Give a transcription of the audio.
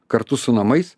kartu su namais